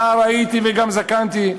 נער הייתי וגם זקנתי,